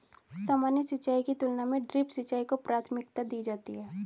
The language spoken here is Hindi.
सामान्य सिंचाई की तुलना में ड्रिप सिंचाई को प्राथमिकता दी जाती है